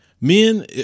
Men